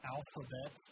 Alphabet